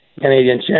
Canadian